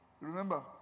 Remember